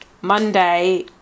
Monday